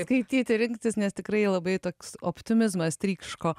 skaityti rinktis nes tikrai labai toks optimizmas tryško